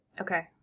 Okay